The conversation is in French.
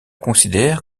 considère